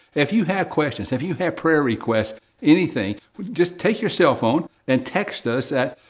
if you have questions, if you have prayer requests, anything, just take your cell phone and text us at,